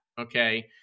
Okay